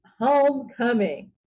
Homecoming